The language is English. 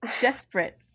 desperate